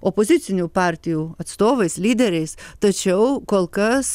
opozicinių partijų atstovais lyderiais tačiau kol kas